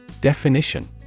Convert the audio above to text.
Definition